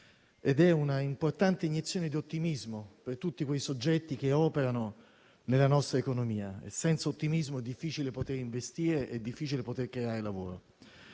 ed è un'importante iniezione di ottimismo per tutti quei soggetti che operano nella nostra economia. Senza ottimismo è difficile poter investire ed è difficile poter creare lavoro.